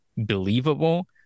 Believable